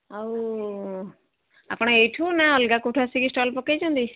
ଆଉ ଆପଣ ଏଇଠୁ ନା ଅଲଗା କେଉଁଠୁ ଆସିକି ଷ୍ଟଲ୍ ପକାଇଛନ୍ତି